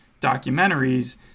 documentaries